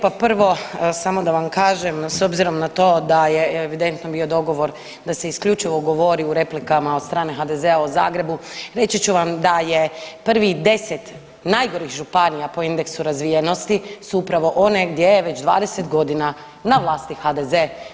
Pa prvo samo da vam kažem s obzirom na to da je evidentno bio dogovor da se isključivo govori u replikama od strane HDZ-a o Zagrebu reći ću vam da je prvi deset najgorih županija po indeksu razvijenosti su upravo one gdje je već 20 godina na vlasti HDZ.